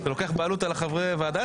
נשארתי לבד בלי דנינו, מה זה?